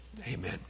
amen